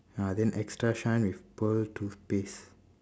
uh then extra shine with pearl toothpaste